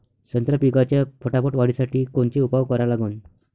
संत्रा पिकाच्या फटाफट वाढीसाठी कोनचे उपाव करा लागन?